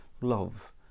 love